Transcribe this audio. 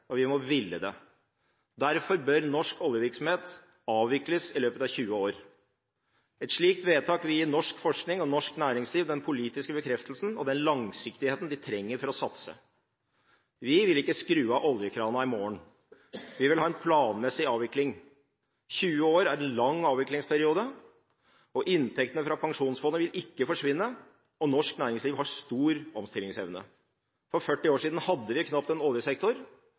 og vi må ville det. Derfor bør norsk oljevirksomhet avvikles i løpet av 20 år. Et slikt vedtak vil gi norsk forskning og norsk næringsliv den politiske bekreftelsen og den langsiktigheten de trenger for å satse. Vi vil ikke skru av oljekrana i morgen, vi vil ha en planmessig avvikling. 20 år er en lag avviklingsperiode. Inntektene fra Pensjonsfondet vil ikke forsvinne, og norsk næringsliv har stor omstillingsevne. For 40 år siden hadde vi knapt en oljesektor.